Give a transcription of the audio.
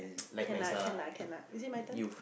can lah can lah can lah is it my turn